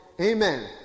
amen